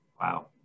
Wow